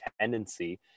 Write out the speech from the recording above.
tendency